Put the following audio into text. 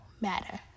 matter